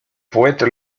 poète